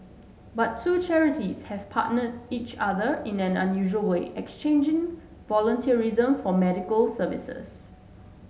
but two charities have partnered each other in an unusual way exchanging volunteerism for medical services